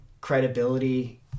credibility